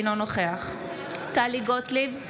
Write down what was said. אינו נוכח טלי גוטליב,